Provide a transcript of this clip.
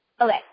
Okay